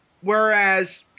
Whereas